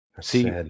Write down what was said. see